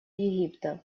египта